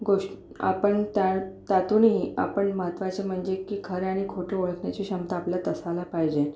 गोषट् आपण त्या त्यातूनही आपण महत्वाचं म्हणजे की खरे आणि खोटं ओळखण्याची क्षमता आपल्यात असायला पाहिजे